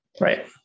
Right